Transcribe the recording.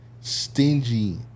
Stingy